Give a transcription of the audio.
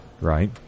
Right